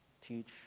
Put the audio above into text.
teach